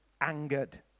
angered